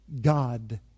God